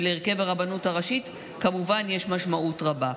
ולהרכב הרבנות הראשית כמובן יש משמעות רבה.